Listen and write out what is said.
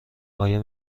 آیا